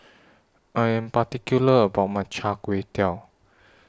I Am particular about My Char Kway Teow